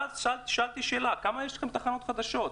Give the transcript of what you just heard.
ואז שאלתי שאלה: כמה תחנות חדשות יש לכם?